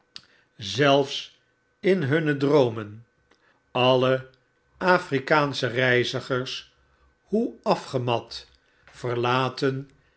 zelfs inhunnedroomen overdbukken alle afrikaansche reizigers hoe afgemat verlaten